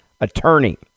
attorney